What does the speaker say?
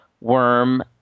worm